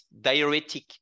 diuretic